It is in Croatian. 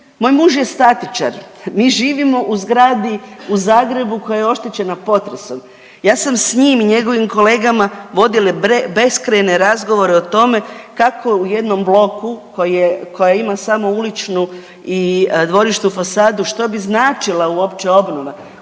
moj muž je statičar, mi živimo u zgradi u Zagrebu koja je oštećena potresom. Ja sam s njim i njegovim kolegama vodila beskrajne razgovore o tome kako u jednom bloku koja ima samo uličnu i dvorišnu fasadu što bi značila uopće obnova,